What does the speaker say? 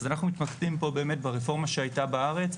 אנחנו מתמקדים פה באמת ברפורמה שהייתה בארץ,